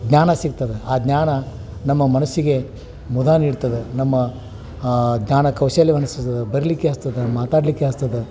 ಜ್ಞಾನ ಸಿಗ್ತದೆ ಆ ಜ್ಞಾನ ನಮ್ಮ ಮನಸ್ಸಿಗೆ ಮುದ ನೀಡ್ತದೆ ನಮ್ಮ ಜ್ಞಾನ ಕೌಶಲ್ಯವನ್ನು ಬರೆಲಿಕ್ಕೆ ಹಚ್ತದೆ ಮಾತಾಡಲಿಕ್ಕೆ ಹಚ್ತದೆ